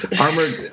Armored